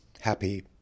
happy